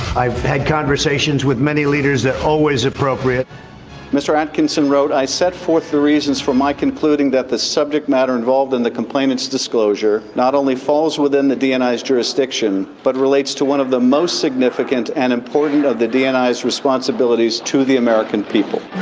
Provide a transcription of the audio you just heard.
i've had conversations with many leaders that always appropriate mr atkinson wrote i set forth the reasons for my concluding that the subject matter involved in the complainants disclosure not only falls within the dni jurisdiction but relates to one of the most significant and important of the dni is responsibilities to the american people